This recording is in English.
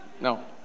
No